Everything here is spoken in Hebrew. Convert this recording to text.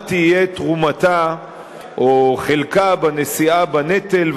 מה יהיו תרומתה או חלקה בנשיאה בנטל.